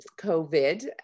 COVID